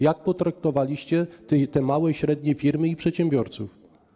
Jak potraktowaliście małe i średnie firmy i przedsiębiorców?